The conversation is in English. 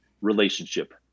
relationship